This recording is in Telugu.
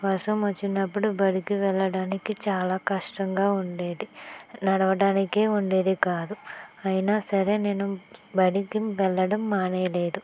వర్షం వచ్చినప్పుడు బడికి వెళ్ళడానికి చాలా కష్టంగా ఉండేది నడవడానికి ఉండేది కాదు అయినా సరే నేను బడికి వెళ్ళడం మానేయలేదు